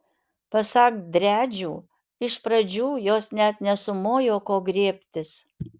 pasak driadžių iš pradžių jos net nesumojo ko griebtis